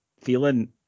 feeling